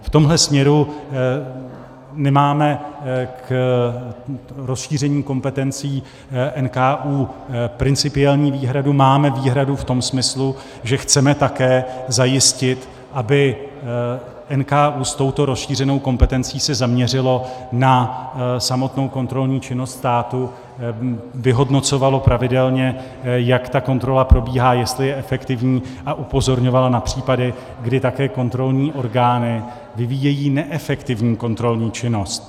V tomhle směru my máme k rozšíření kompetencí NKÚ principiální výhradu, máme výhradu v tom smyslu, že chceme také zajistit, aby se NKÚ s touto rozšířenou kompetencí zaměřil na samotnou kontrolní činnost státu, vyhodnocoval pravidelně, jak ta kontrola probíhá, jestli je efektivní, a upozorňoval na případy, kdy také kontrolní orgány vyvíjejí neefektivní kontrolní činnost.